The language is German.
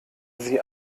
sie